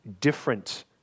different